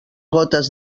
gotes